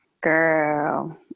girl